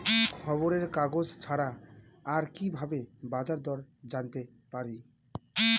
খবরের কাগজ ছাড়া আর কি ভাবে বাজার দর জানতে পারি?